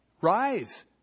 rise